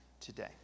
today